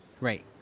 Right